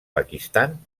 pakistan